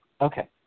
Okay